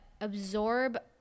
absorb